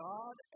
God